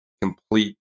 complete